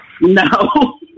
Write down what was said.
No